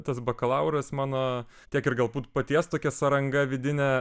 tas bakalauras mano tiek ir galbūt paties tokia sąranga vidinė